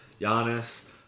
Giannis